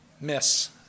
miss